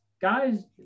guys